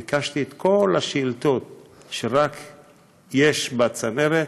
ביקשתי את כל השאילתות שיש בצנרת,